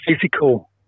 physical